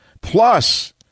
Plus